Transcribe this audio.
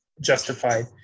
justified